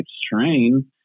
strain